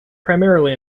primarily